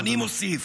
ואני מוסיף: